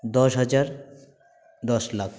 দশ হাজার দশ লাখ